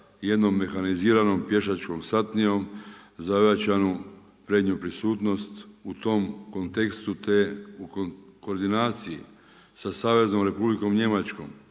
jednom mehaniziranom pješačkom satnijom za ojačanu prednju prisutnost u tom kontekstu te koordinacije sa Saveznom Republikom Njemačkom